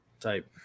type